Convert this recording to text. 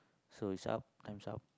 so it's up time's up